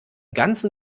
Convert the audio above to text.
ganzen